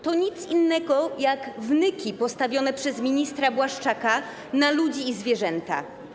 To nic innego jak wnyki postawione przez ministra Błaszczaka na ludzi i zwierzęta.